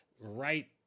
right